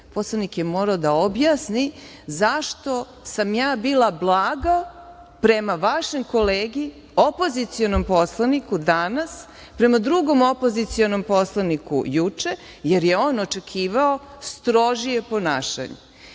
Poslanik je morao da objasni zašto sam ja bila blaga prema vašem kolegi, opozicionom poslaniku danas, prema drugom opozicionom poslaniku juče, jer je on očekivao strožije ponašanje. Tako